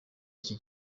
iki